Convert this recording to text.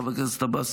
חבר הכנסת עבאס,